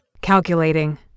Calculating